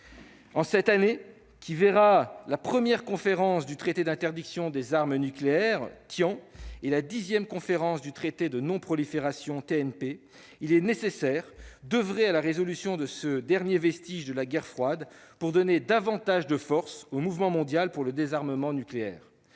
En cette année qui verra la première conférence du traité sur l'interdiction des armes nucléaires (TIAN) et la dixième conférence du traité sur la non-prolifération des armes nucléaires (TNP), il est nécessaire d'oeuvrer à la résolution de ce dernier vestige de la Guerre froide pour donner davantage de force au mouvement mondial pour le désarmement nucléaire.